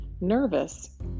Nervous